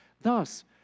Thus